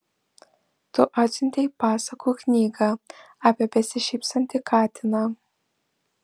tu atsiuntei pasakų knygą apie besišypsantį katiną